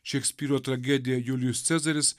šekspyro tragedija julijus cezaris